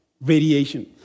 radiation